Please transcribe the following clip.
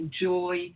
enjoy